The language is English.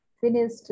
finished